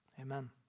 amen